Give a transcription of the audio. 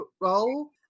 role